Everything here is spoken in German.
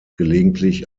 gelegentlich